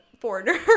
foreigner